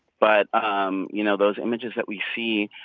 but, um you know, those images that we see,